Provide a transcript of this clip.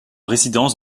résidence